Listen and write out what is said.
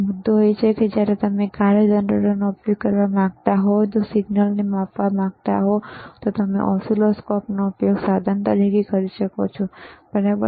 મુદ્દો એ છે કે જો તમારે કાર્ય જનરેટરનો ઉપયોગ કરવો હોય અને તમે સિગ્નલને માપવા માંગતા હો તો તમે ઑસિલોસ્કોપનો ઉપયોગ સાધન તરીકે કરી શકો છો બરાબર